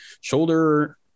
shoulder